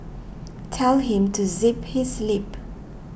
tell him to zip his lip